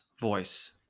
voice